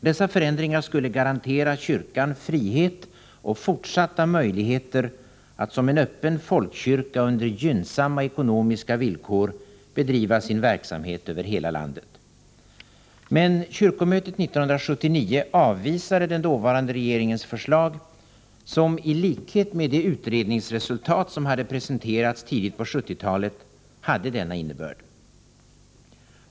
Dessa förändringar skulle garantera kyrkan frihet och fortsatta möjligheter att som en öppen folkkyrka under gynnsamma ekonomiska villkor bedriva sin verksamhet över hela landet. Men kyrkomötet 1979 avvisade den dåvarande regeringens förslag, som i likhet med de utredningsresultat som hade presenterats tidigt på 1970-talet hade denna innebörd.